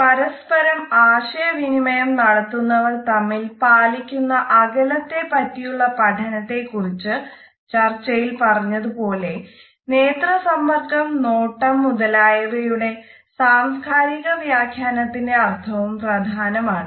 പരസ്പരം ആശയവിനിമയം നടത്തുന്നവർ തമ്മിൽ പാലിക്കുന്ന അകലത്തെ പറ്റിയുള്ള പഠനത്തെ കുറിച്ച് ചർച്ചയിൽ പറഞ്ഞത് പോലെ നേത്ര സമ്പർക്കം നോട്ടം മുതലായവയുടെ സാംസ്കാരിക വ്യാഖ്യാനത്തിന്റെ അർത്ഥവും പ്രധാനമാണ്